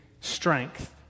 strength